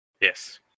Yes